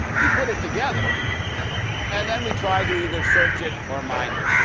we put it together and then we try to either search it or mine it.